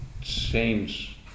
change